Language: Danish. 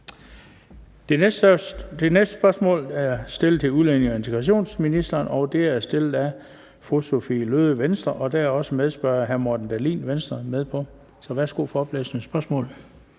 Det næste spørgsmål er stillet til udlændinge- og integrationsministeren, og det er stillet af fru Sophie Løhde, Venstre. Der er også en medspørger, hr. Morten Dahlin, Venstre. Kl. 17:21 Spm. nr.